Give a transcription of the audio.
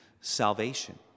salvation